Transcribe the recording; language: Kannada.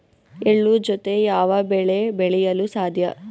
ಎಳ್ಳು ಜೂತೆ ಯಾವ ಬೆಳೆ ಬೆಳೆಯಲು ಸಾಧ್ಯ?